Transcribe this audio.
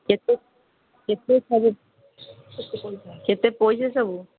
କେତେ କେତେ ସବୁ କେତେ ପଇସା ସବୁ